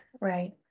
right